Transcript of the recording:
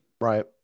Right